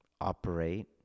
operate